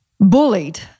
bullied